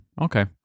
Okay